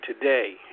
today